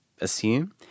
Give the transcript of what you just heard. assume